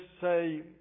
say